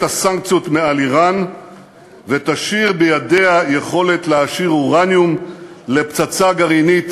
הסנקציות מעל איראן ותשאיר בידיה יכולת להעשיר אורניום לפצצה גרעינית